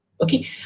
Okay